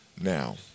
now